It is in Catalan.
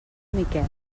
miquel